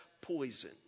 poison